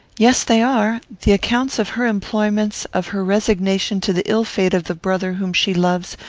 yes, they are. the account of her employments, of her resignation to the ill fate of the brother whom she loves,